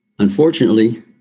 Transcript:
Unfortunately